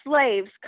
slaves